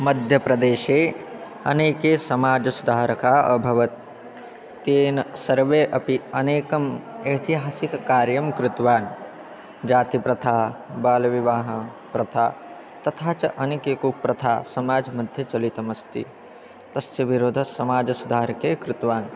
मध्यप्रदेशे अनेके समाजसुधारकाः अभवन् तेन सर्वे अपि अनेकम् ऐतिहासिककार्यं कृतवान् जातिप्रथा बालविवाहप्रथा तथा च अणिकेकोप्रथा समाजमध्ये चलितमस्ति तस्य विरोधस्समाजसुधारकैः कृतवान्